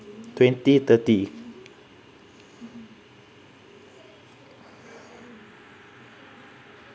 twenty thirty